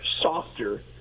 softer